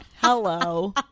hello